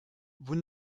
vous